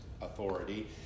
authority